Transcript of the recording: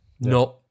No